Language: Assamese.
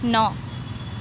ন